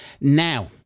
Now